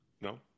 No